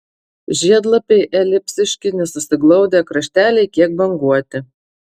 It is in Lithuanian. žiedlapiai elipsiški nesusiglaudę krašteliai kiek banguoti